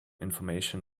information